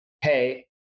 Hey